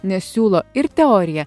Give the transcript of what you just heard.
nes siūlo ir teoriją